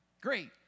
great